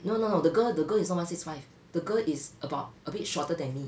no no no the girl the girl is not one six five the girl is about a bit shorter than me